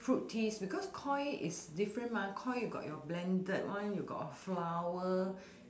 fruit teas because koi is different mah koi you got your blended one you got a flower